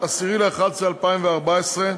10 בנובמבר 2014,